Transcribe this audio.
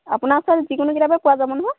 আপোনাৰ ওচৰত যিকোনো কিতাপেই পোৱা যাব নহয়